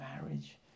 marriage